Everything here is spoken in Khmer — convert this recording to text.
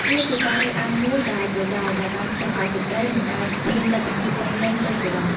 វាជាការរើសអើងមួយដោយប្រយោលដែលបានធ្វើឱ្យស្ត្រីមិនអាចមានលទ្ធភាពពេញលេញដូចបុរស។